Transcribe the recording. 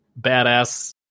badass